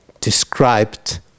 described